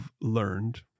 learned